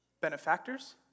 Benefactors